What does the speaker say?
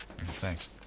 Thanks